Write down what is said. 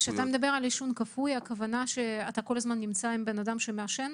כשאתה מדבר על עישון כפוי הכוונה שאתה כל הזמן נמצא עם אדם שמעשן?